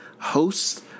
hosts